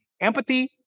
empathy